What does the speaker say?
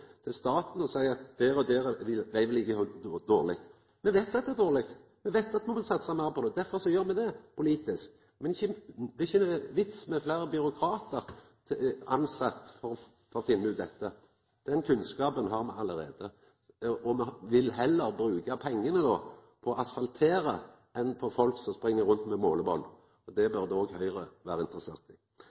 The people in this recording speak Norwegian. til staten og seia at der og der er vegvedlikehaldet dårleg. Me veit at det er dårleg, me veit at me må satsa meir på det, og derfor gjer me det – politisk – men det er ikkje vits med fleire tilsette byråkratar for å finna ut dette. Den kunnskapen har me allereie. Me vil heller bruka pengane på å asfaltera enn på folk som spring rundt med måleband. Det burde også Høgre vera interessert i.